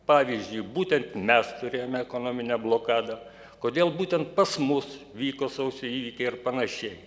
pavyzdžiui būtent mes turėjome ekonominę blokadą kodėl būtent pas mus vyko sausio įvykiai ar panašiai